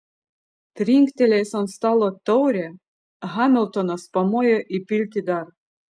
trinktelėjęs ant stalo taurę hamiltonas pamojo įpilti dar